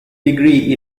degree